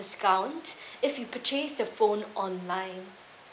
discount if you purchase the phone online